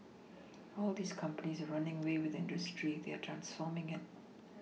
all these companies are running away with the industry they are transforming it